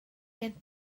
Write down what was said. gen